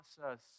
process